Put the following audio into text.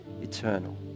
eternal